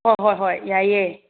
ꯍꯣꯏ ꯍꯣꯏ ꯍꯣꯏ ꯌꯥꯏꯌꯦ